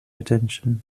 attention